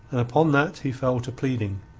upon that he fell to pleading.